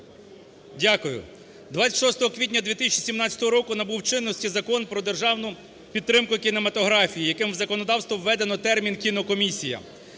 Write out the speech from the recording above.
шостого квітня 2017 року набув чинності Закон про державну підтримку кінематографії, яким в законодавство введено термін "кінокомісія".